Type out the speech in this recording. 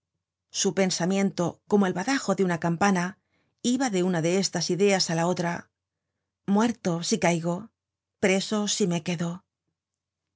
su pensamiento como el badajo de una campana iba de una de estas ideas á la otra muerto si caigo preso si me quedo